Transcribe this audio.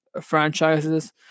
franchises